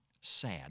sad